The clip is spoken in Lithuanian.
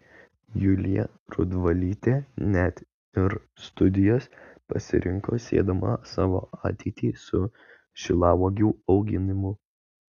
julija rudvalytė net ir studijas pasirinko siedama savo ateitį su šilauogių auginimu